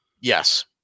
Yes